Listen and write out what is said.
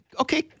Okay